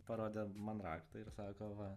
parodė man raktą ir sako va